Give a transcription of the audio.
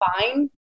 fine